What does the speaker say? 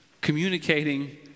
communicating